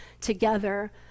together